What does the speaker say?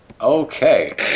Okay